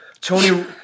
Tony